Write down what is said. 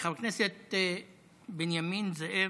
חבר הכנסת בנימין זאב,